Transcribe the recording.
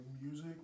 music